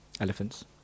Elephants